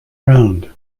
round